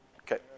Okay